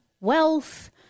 wealth